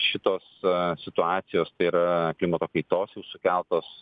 šitos situacijos tai yra klimato kaitos sukeltos